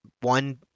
one